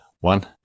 one